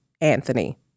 Anthony